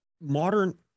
modern